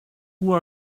who